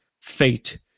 Fate